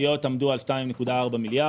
בצוק איתן, התביעות עמדו על 2.4 מיליארד